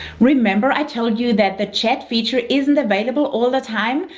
remember, i told you that the chat feature isn't available all the time.